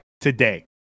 today